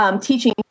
teaching